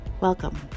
Welcome